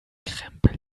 krempel